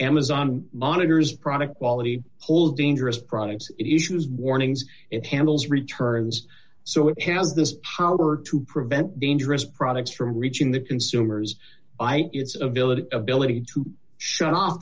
amazon monitors product quality hold dangerous products issues warnings it handles returns so it has this power to prevent dangerous products from reaching the consumers i it's a village ability to shut off